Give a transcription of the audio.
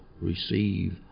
receive